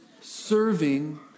serving